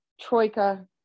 Troika